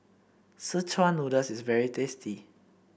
Szechuan Noodle is very tasty